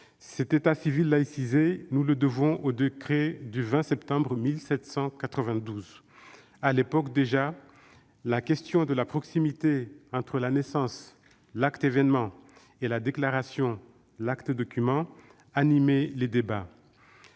Cet état civil laïcisé, nous le devons au décret du 20 septembre 1792. À l'époque déjà, la question de la proximité entre la naissance- l'acte événement -et la déclaration- l'acte document -animait les débats.